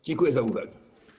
Dziękuję za uwagę.